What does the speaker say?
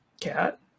Cat